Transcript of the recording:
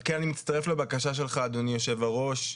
על כן אני מצטרף לבקשה שלך, אדוני יושב-הראש,